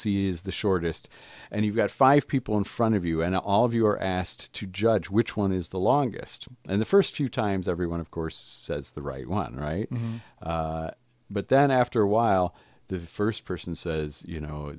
is the shortest and you've got five people in front of you and all of you are asked to judge which one is the longest and the first few times everyone of course says the right one right but then after a while the first person says you know